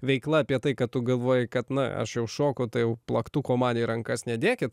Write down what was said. veikla apie tai kad tu galvoji kad na aš jau šoku tai jau plaktuko man į rankas nedėkit